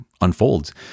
unfolds